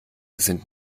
sind